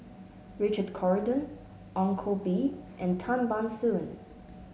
Richard Corridon Ong Koh Bee and Tan Ban Soon